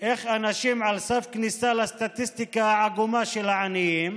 איך אנשים על סף כניסה לסטטיסטיקה העגומה של העניים,